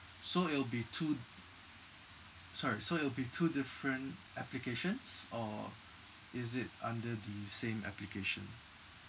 so it'll be two sorry so it'll be two different applications or is it under the same application